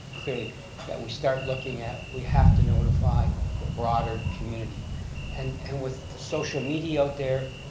that we start looking at we have to notify the broader community and and with the social media out there,